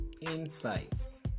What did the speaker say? insights